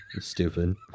stupid